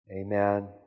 amen